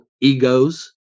egos